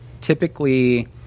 typically